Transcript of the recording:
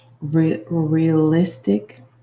realistic